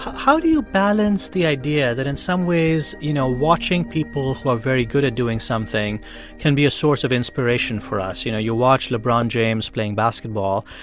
how do you balance the idea that, in some ways, you know, watching people who are very good at doing something can be a source of inspiration for us? you know, you watch lebron james playing basketball,